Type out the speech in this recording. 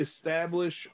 establish